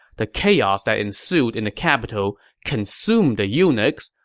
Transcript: the chaos that ensued in the capital consumed the eunuchs,